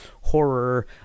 horror